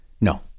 no